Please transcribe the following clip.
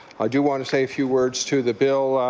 i do want to say a few words to the bill